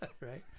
Right